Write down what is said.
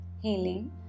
healing